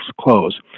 close